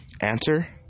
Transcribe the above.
answer